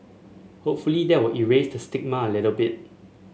hopefully that will erase the stigma a little bit